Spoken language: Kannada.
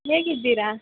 ಹೇಗಿದ್ದಿರಾ